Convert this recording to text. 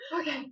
okay